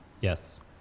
Yes